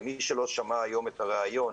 למי שלא שמע היום את הריאיון